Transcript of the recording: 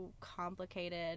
complicated